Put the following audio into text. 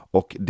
och